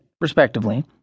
respectively